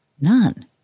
none